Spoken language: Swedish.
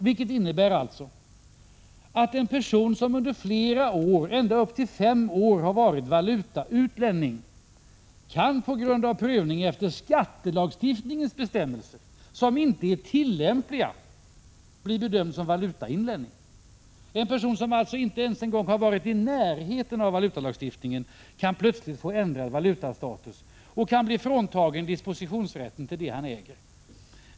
Detta innebär att en person som under flera år, ända upp till fem år, har varit valutautlänning på grund av prövning efter skattelagstiftningens bestämmelser, som inte är tillämpliga, kan bli bedömd som valutainlänning. En person som inte ens har varit i närheten av valutalagstiftningen kan plötsligt få ändrad valutastatus och bli fråntagen dispositionsrätten till det han äger!